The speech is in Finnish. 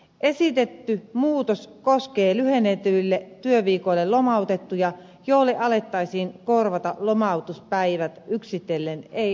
esitetty muutos koskee lyhennetyille työviikoille lomautettuja joille alettaisiin korvata lomautuspäivät yksitellen ei sovitellen